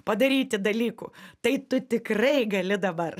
padaryti dalykų tai tu tikrai gali dabar